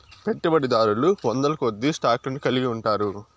పెట్టుబడిదారులు వందలకొద్దీ స్టాక్ లను కలిగి ఉంటారు